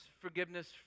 forgiveness